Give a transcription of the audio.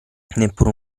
neppure